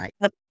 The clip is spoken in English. Right